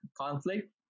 conflict